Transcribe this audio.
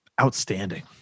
Outstanding